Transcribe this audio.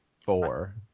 Four